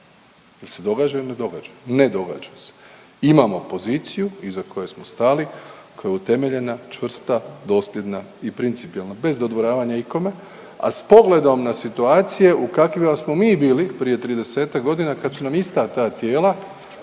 Jel se događa ili ne događa? Ne događa. Imamo poziciju iza koje smo stali, koja je utemeljena, čvrsta, dosljedna i principijelna bez dodvoravanja ikome, a s pogledom na situacije u kakvima smo mi bili prije 30-ak godina kada su nam ista ta tijela